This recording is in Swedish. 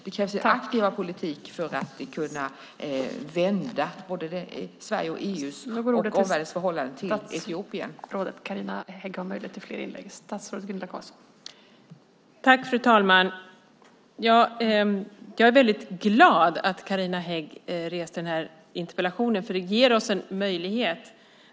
Det krävs en mer aktiv politik för att kunna vända både Sveriges, EU:s och omvärldens förhållande till Etiopien.